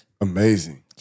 Amazing